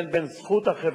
על כל דרישה של הכנסת,